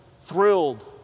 thrilled